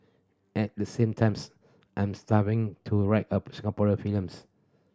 at the same times I'm starting to write a Singaporean films